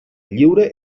lliure